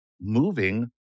moving